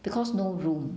because no room